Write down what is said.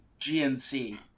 GNC